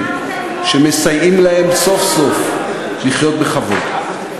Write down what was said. שמסייעים להם סוף-סוף לחיות בכבוד.